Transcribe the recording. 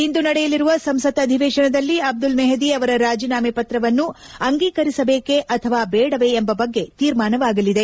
ಇಂದು ನಡೆಯಲಿರುವ ಸಂಸತ್ ಅಧಿವೇಶನದಲ್ಲಿ ಅಬ್ಲುಲ್ ಮೆಹದಿ ಅವರ ರಾಜೀನಾಮೆ ಪತ್ರವನ್ನು ಅಂಗೀಕರಿಸಬೇಕೆ ಅಥವಾ ಬೇಡವೇ ಎಂಬ ಬಗ್ಗೆ ತೀರ್ಮಾನವಾಗಲಿದೆ